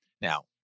now